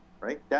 right